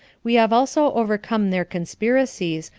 we have also overcome their conspiracies,